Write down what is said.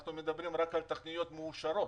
אנחנו מדברים רק על תוכניות מאושרות.